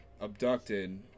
abducted